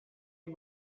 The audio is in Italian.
che